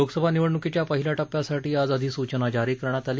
लोकसभा निवडणकीच्या पहिल्या टप्प्यासाठी आज अधिसूचना जारी करण्यात आली